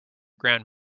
grand